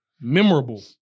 Memorable